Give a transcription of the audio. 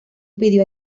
pidió